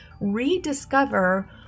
rediscover